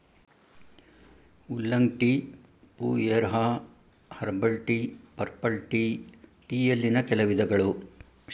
oolong tea, pu erh, herbal tea, purple tea ಟೀಯಲ್ಲಿನ್ ಕೆಲ ವಿಧಗಳು